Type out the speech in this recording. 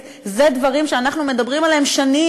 אלה דברים שאנחנו מדברים עליהם שנים,